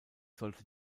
sollte